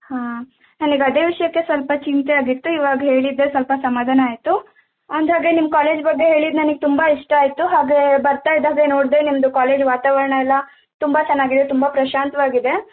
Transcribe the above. ಹಾಂ ನನಿಗೆ ಅದೇ ವಿಷಯಕ್ಕೆ ಸ್ವಲ್ಪ ಚಿಂತೆ ಆಗಿತ್ತು ಇವಾಗ ಹೇಳಿದ್ದೆ ಸ್ವಲ್ಪ ಸಮಾಧಾನ ಆಯಿತು ಅಂದಾಗೆ ನಿಮ್ಮ ಕಾಲೇಜ್ ಬಗ್ಗೆ ಹೇಳಿದ್ದು ನನಿಗೆ ತುಂಬ ಇಷ್ಟ ಆಯಿತು ಹಾಗೇ ಬರ್ತಾ ಇದ್ದಾಗೆ ನೋಡಿದೆ ನಿಮ್ಮದು ಕಾಲೇಜ್ ವಾತಾವರಣ ಎಲ್ಲ ತುಂಬ ಚೆನ್ನಾಗಿದೆ ತುಂಬ ಪ್ರಶಾಂತವಾಗಿದೆ